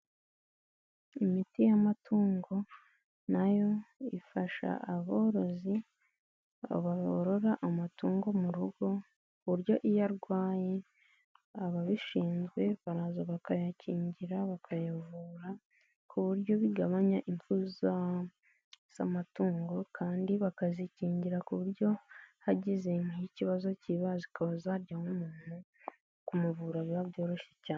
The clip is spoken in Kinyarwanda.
Imiti y'amatungo nayo ifasha aborozi aba borora amatungo mu rugo ku buryo iyo arwaye ababishinzwe baraza bakayakingira bakayavura ku buryo bigabanya impfu z'amatungo kandi bakazikingira ku buryo hagize nk'ikibazo kiba zika zarya nk'umuntu kumuvura biba byoroshye cyane.